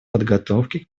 подготовки